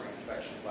infection